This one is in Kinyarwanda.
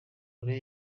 korea